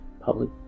public